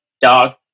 dog